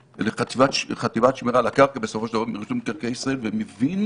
חטיבת שמירה על הקרקע בסופו של דבר ברשות מקרקעי ישראל ומבין